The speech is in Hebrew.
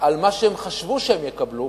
על מה שהם חשבו שהם יקבלו,